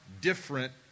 different